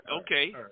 Okay